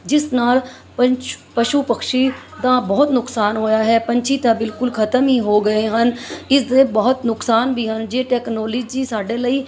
ਜਿਸ ਨਾਲ ਪੰਸ਼ੂ ਪਸ਼ੂ ਪੰਛੀ ਦਾ ਬਹੁਤ ਨੁਕਸਾਨ ਹੋਇਆ ਹੈ ਪੰਛੀ ਤਾਂ ਬਿਲਕੁਲ ਖਤਮ ਹੀ ਹੋ ਗਏ ਹਨ ਇਸ ਦੇ ਬਹੁਤ ਨੁਕਸਾਨ ਵੀ ਹਨ ਜੇ ਟੈਕਨੋਲੇਜੀ ਸਾਡੇ ਲਈ